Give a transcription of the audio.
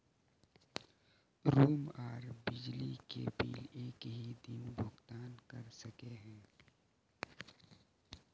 Room आर बिजली के बिल एक हि दिन भुगतान कर सके है?